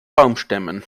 baumstämmen